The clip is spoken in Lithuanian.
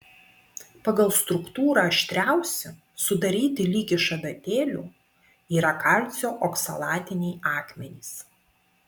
pagal struktūrą aštriausi sudaryti lyg iš adatėlių yra kalcio oksalatiniai akmenys